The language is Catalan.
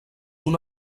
una